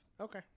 Okay